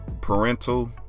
parental